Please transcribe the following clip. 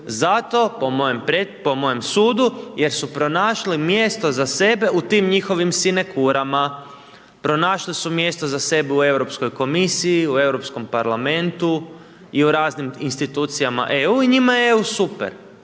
Zato, po mojem sudu, jer su pronašli mjesto za sebe u tim njihovim sinekurama, pronašli su mjesto za sebe u Europskoj komisiji, u Europskom parlamentu i u raznim institucijama EU i njima je EU super,